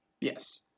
Yes